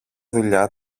δουλειά